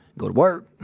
go to work.